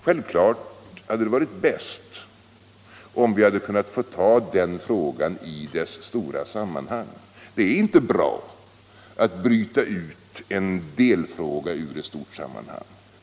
Självklart hade det varit bäst att få ta den frågan i sitt stora sammanhang. Det är inte bra att bryta ut en delfråga ur ett stort sammanhang.